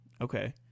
Okay